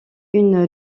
une